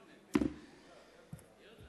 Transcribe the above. בבקשה, אדוני.